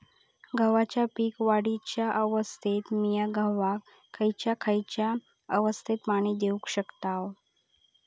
गव्हाच्या पीक वाढीच्या अवस्थेत मिया गव्हाक खैयचा खैयचा अवस्थेत पाणी देउक शकताव?